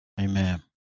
Amen